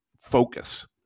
focus